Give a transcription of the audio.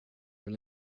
vill